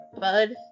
bud